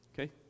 Okay